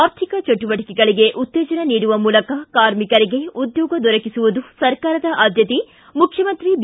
ಆರ್ಥಿಕ ಚಟುವಟಿಕೆಗಳಿಗೆ ಉತ್ತೇಜನ ನೀಡುವ ಮೂಲಕ ಕಾರ್ಮಿಕರಿಗೆ ಉದ್ಯೋಗ ದೊರಕಿಸುವುದು ಸರ್ಕಾರದ ಆದ್ಲತೆ ಮುಖ್ಯಮಂತ್ರಿ ಬಿ